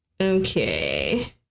Okay